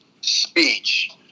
speech